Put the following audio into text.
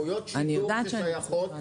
זכויות השידורים שייכות לגורמים פרטיים.